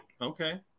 Okay